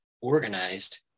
organized